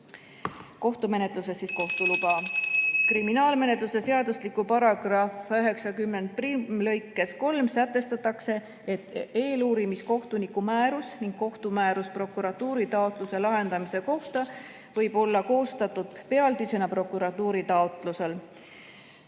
kohtumenetluses kohtu luba. Kriminaalmenetluse seadustiku § 901lõikes 3 sätestatakse, et eeluurimiskohtuniku määrus ning kohtumäärus prokuratuuri taotluse lahendamise kohta võib olla koostatud pealdisena prokuratuuri taotlusel.